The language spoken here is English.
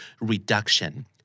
reduction